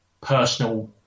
personal